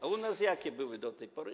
A u nas jakie były do tej pory?